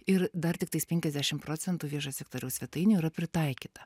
ir dar tiktais penkiasdešim procentų viešojo sektoriaus svetainių yra pritaikyta